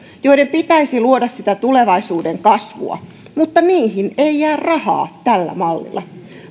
joiden pitäisi luoda sitä tulevaisuuden kasvua mutta niihin ei jää rahaa tällä mallilla